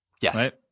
yes